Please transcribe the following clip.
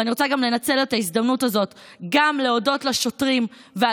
אני רוצה גם לנצל את ההזדמנות הזאת להודות לשוטרים על